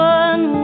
one